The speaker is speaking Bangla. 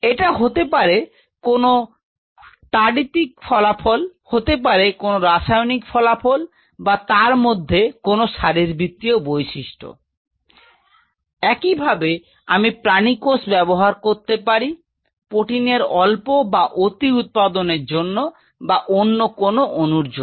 এটা হতে পারে কোনও তাড়িতিক ফলাফল হতে পারে কোনও রাসায়নিক ফলাফল বা তার মধ্যে কোনও শারীরবৃত্তীয় বৈশিষ্ট্য একইভাবে আমি প্রানীকোষ ব্যবহার করতে পারি প্রোটিনের অল্প বা অতি উৎপাদনের জন্য বা অন্য কোনও অণুর জন্য